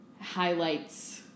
highlights